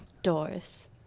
Doris